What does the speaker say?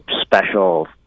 special